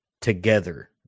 together